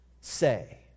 Say